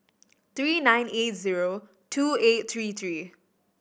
three nine eight zero two eight three three